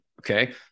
okay